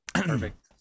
perfect